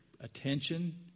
attention